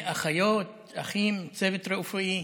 אחיות, אחים, צוות רפואי.